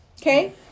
Okay